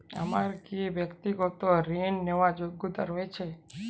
আমার কী ব্যাক্তিগত ঋণ নেওয়ার যোগ্যতা রয়েছে?